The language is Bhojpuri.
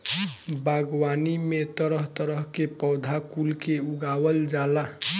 बागवानी में तरह तरह के पौधा कुल के उगावल जाला